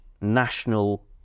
national